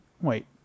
Wait